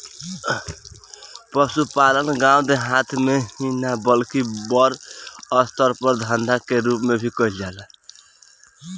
पसुपालन गाँव देहात मे ही ना बल्कि बड़ अस्तर पर धंधा के रुप मे भी कईल जाला